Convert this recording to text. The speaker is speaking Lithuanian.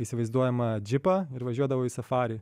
įsivaizduojamą džipą ir važiuodavau į safarį